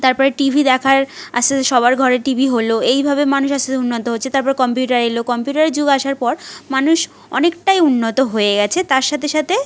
তারপরে টিভি দেখার আস্তে আস্তে সবার ঘরে টিভি হলো এইভাবে মানুষ আস্তে আস্তে উন্নত হচ্ছে তারপর কম্পিউটার এলো কম্পিউটারে যুগ আসার পর মানুষ অনেকটাই উন্নত হয়ে গেছে তার সাথে সাথে